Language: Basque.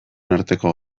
arteko